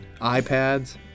iPads